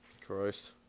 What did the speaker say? Christ